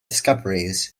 discoveries